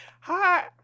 hi